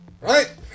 Right